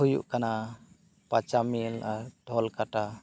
ᱦᱩᱭ ᱩᱜ ᱠᱟᱱᱟ ᱯᱟᱪᱟᱢᱤ ᱟᱨ ᱰᱷᱚᱞᱠᱟᱴᱟ